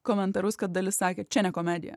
komentarus kad dalis sakė čia ne komedija